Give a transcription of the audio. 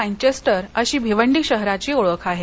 Manchester अशी भिवंडी शहराची ओळख आहे